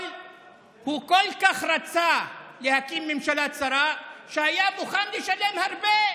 אבל הוא כל כך רצה להקים ממשלה צרה שהיה מוכן לשלם הרבה